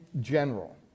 general